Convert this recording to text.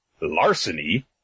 larceny